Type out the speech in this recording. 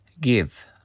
Give